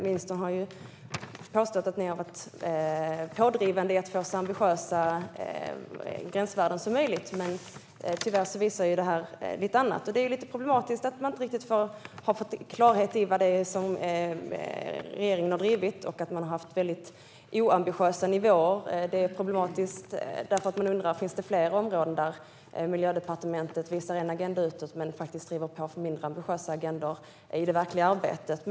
Ministern har påstått att Sverige varit pådrivande i att få så ambitiösa gränsvärden som möjligt, men tyvärr visar detta på något annat. Det är lite problematiskt att man inte riktigt har fått klarhet i vad regeringen har drivit och att den har haft väldigt oambitiösa nivåer. Det är problematiskt för att man undrar om det finns fler områden där Miljödepartementet visar en agenda utåt men driver på för mindre ambitiösa agendor i det verkliga arbetet.